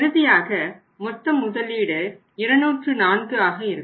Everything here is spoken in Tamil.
இறுதியாக மொத்த முதலீடு 204 ஆக இருக்கும்